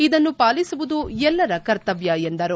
ಇದನ್ನು ಪಾಲಿಸುವುದು ಎಲ್ಲರ ಕರ್ತವ್ಲ ಎಂದರು